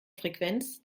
frequenz